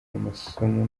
amasomo